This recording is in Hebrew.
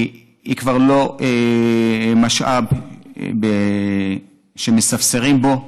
היא כבר לא משאב שמספסרים בו.